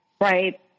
right